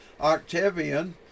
Octavian